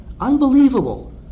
unbelievable